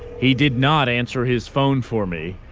he did not answer his phone for me